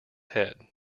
head